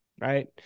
right